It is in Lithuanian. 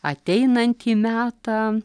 ateinantį metą